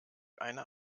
eine